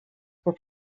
were